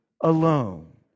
alone